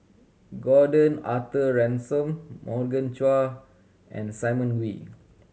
Gordon Arthur Ransome Morgan Chua and Simon Wee